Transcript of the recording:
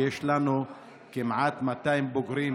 שיש לנו כמעט 200 בוגרים